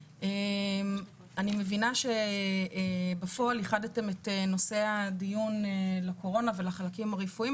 אני מבינה שבפועל איחדתם את נושא הדיון לקורונה ולחלקים הרפואיים,